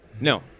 No